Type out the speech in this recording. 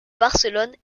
barcelone